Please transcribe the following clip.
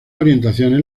orientaciones